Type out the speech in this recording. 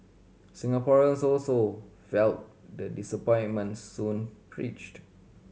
Singaporeans also felt the disappointment Soon preached